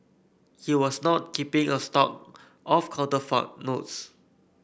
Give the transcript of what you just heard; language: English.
he was not keeping a stock of counterfeit notes